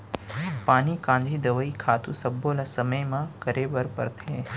पानी कांजी, दवई, खातू सब्बो ल समे म करे बर परथे